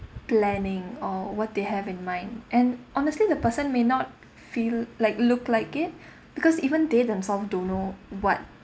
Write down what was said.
planning or what they have in mind and honestly the person may not feel like looked like it because even they themselves don't know what